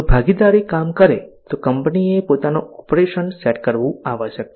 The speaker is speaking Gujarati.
જો ભાગીદારો કામગીરી કરે તો કંપનીએ પોતાનું ઓપરેશન સેટ કરવું આવશ્યક છે